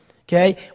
okay